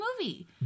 movie